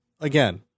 again